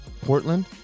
Portland